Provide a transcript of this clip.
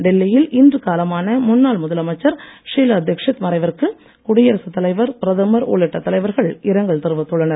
டெல்லியில் இன்று காலமான முன்னாள் முதலமைச்சர் ஷீலா தீட்சித் மறைவிற்கு குடியரசுத் தலைவர் பிரதமர் உள்ளிட்ட தலைவர்கள் இரங்கல் தெரிவித்துள்ளனர்